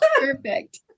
perfect